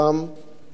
את פניהם,